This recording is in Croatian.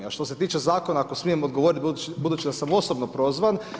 A što se tiče zakona, ako smijem odgovoriti budući da sam osobno prozvan.